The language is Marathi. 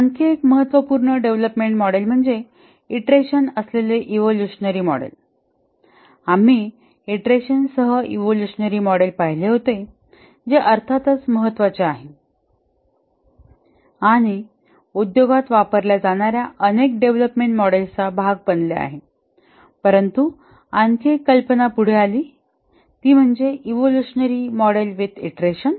आणखी एक महत्त्वपूर्ण डेव्हलपमेंट मॉडेल म्हणजे इटरेशन असलेले इवोल्युशनरी मॉडेल आम्ही इटरेशनसह इवोल्युशनरी मॉडेल पाहिले होते जे अर्थातच महत्वाचे आहे आणि उद्योगात वापरल्या जाणाऱ्या अनेक डेव्हलपमेंट मॉडेल्सचा भाग बनले आहे परंतु आणखी एक कल्पना पुढे आली आहे ती म्हणजे इवोल्युशनरी मॉडेल विथ ईंट्रेशन